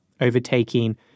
overtaking